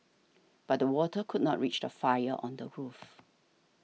but the water could not reach the fire on the roof